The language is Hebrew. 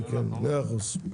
כן, מאה אחוז.